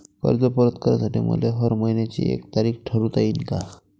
कर्ज परत करासाठी मले हर मइन्याची एक तारीख ठरुता येईन का?